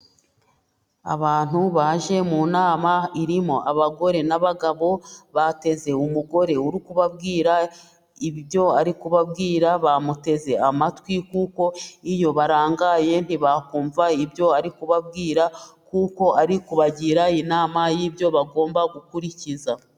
Abantu baje mu nama irimo abagore n'abagabo, bateze umugore uri kubabwira ibyo ari kubabwira bamuteze amatwi, nkuko iyo barangaye ntibakumva ibyo ari kubabwira, kuko ari kubagira inama y'ibyo bagomba gukurikiza.